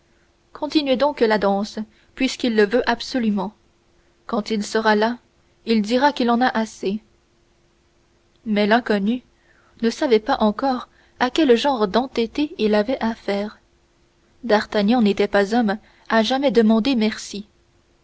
continuez donc la danse puisqu'il le veut absolument quand il sera las il dira qu'il en a assez mais l'inconnu ne savait pas encore à quel genre d'entêté il avait affaire d'artagnan n'était pas homme à jamais demander merci